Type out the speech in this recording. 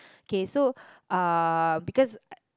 K so uh because